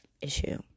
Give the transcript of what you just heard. issue